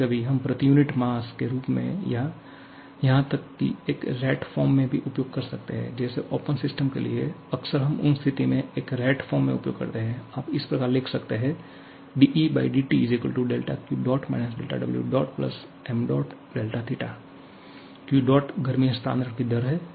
कभी कभी हम प्रति यूनिट मास के रूप में या यहां तक कि एक रेट फॉर्म में भी उपयोग कर सकते हैं जैसे ओपन सिस्टम के लिए अक्सर हम उस स्थिति में एक रेट फॉर्म में उपयोग करते हैं आप इस प्रकार लिख सकते हैं जहा पे गर्मी हस्तांतरण की दर है